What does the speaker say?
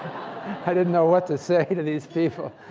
i didn't know what to say to these people.